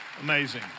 Amazing